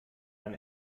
man